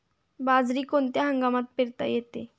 बाजरी कोणत्या हंगामात पेरता येते?